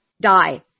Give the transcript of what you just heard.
Die